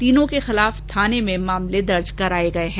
तीनों के खिलाफ थाने में मामले दर्ज कराए गए हैं